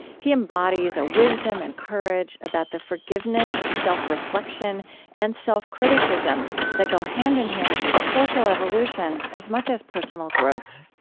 he embodies a wisdom and courage about the forgiveness, self-reflection, and self-criticism that go hand in hand with social evolution as much as personal growth